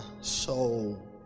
soul